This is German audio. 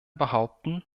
behaupten